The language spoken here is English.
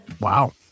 Wow